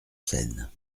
seine